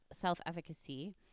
self-efficacy